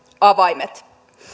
avaimet